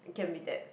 you can be that